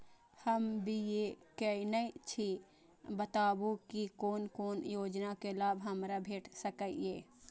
हम बी.ए केनै छी बताबु की कोन कोन योजना के लाभ हमरा भेट सकै ये?